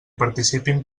participin